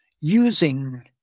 using